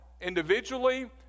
individually